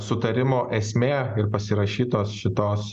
sutarimo esmė ir pasirašytos šitos